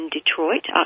Detroit